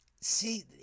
See